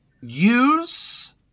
use